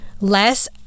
less